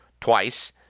twice